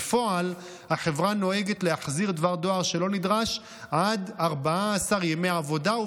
בפועל החברה נוהגת להחזיר דבר דואר שלא נדרש עד 14 ימי עבודה,